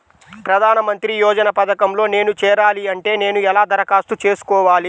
ప్రధాన మంత్రి యోజన పథకంలో నేను చేరాలి అంటే నేను ఎలా దరఖాస్తు చేసుకోవాలి?